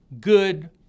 Good